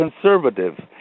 conservative